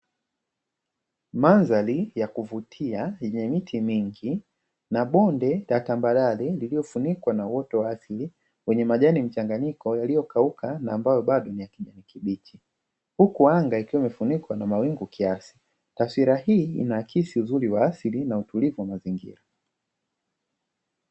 Mandhari ya kuvutia yenye miti mingi na bonde la tambarare lililofunikwa na uoto wa asili wenye majani mchanganyiko yaliyo kauka na ambayo bado ni ya kijani kibichi, huku anga ikiwa imefunikwa na mawingu kiasi; taswira hii inaakisi uzuri wa asili na utulivu wa mazingira.